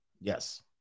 Yes